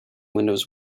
windows